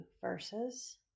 verses